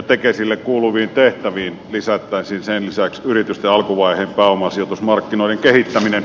tekesille kuuluviin tehtäviin lisättäisiin sen lisäksi yritysten alkuvaiheen pääomasijoitusmarkkinoiden kehittäminen